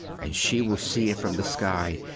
and she will see it from the sky,